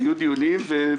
היו דיונים.